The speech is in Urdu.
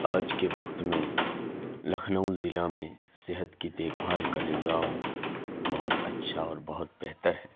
آج کے وقت میں لکھنؤ ضلع میں صحت کی دیکھ بھال کا نظام بہت اچھا اور بہت بہتر ہے